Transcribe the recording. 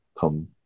come